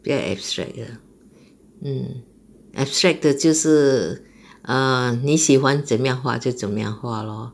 比较 abstract mm abstract 的就是 err 你喜欢怎么样画就怎么样画 lor